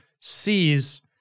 sees